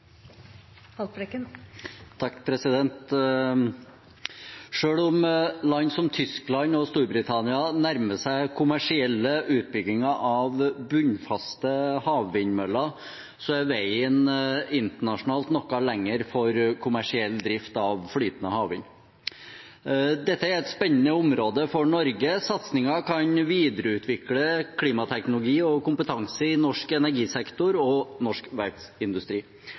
om land som Tyskland og Storbritannia nærmer seg kommersielle utbygginger av bunnfaste havvindmøller, er veien internasjonalt noe lengre for kommersiell drift av flytende havvind. Dette er et spennende område for Norge. Satsingen kan videreutvikle klimateknologi og kompetanse i norsk energisektor og norsk